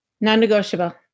Non-negotiable